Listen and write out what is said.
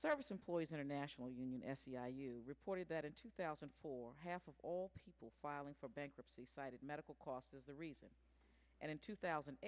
service employees international union sci you reported that in two thousand and four half of all people filing for bankruptcy cited medical costs as the reason and in two thousand